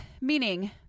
meaning